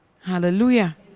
Hallelujah